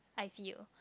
I feel